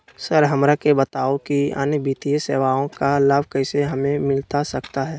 Sir हमरा के बताओ कि अन्य वित्तीय सेवाओं का लाभ कैसे हमें मिलता सकता है?